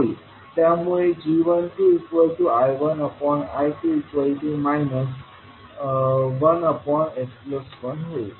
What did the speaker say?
त्यामुळे g12I1I2 1s1 होईल